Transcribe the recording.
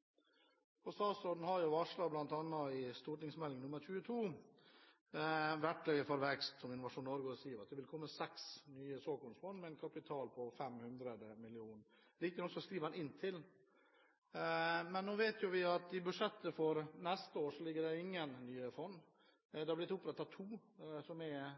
såkornfond. Statsråden har varslet bl.a. i Meld. St. 22 for 2011–2012, Verktøy for vekst – om Innovasjon Norge og SIVASF, at det vil komme seks nye såkornfond, med en kapital på 500 mill. kr – riktignok står det «inntil». Nå vet vi at i budsjettet for neste år ligger ikke inne noen nye fond. Det har blitt opprettet to, som er